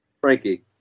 Frankie